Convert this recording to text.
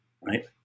right